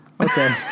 Okay